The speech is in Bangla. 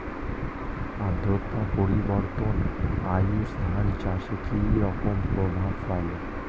আদ্রতা পরিবর্তন আউশ ধান চাষে কি রকম প্রভাব ফেলে?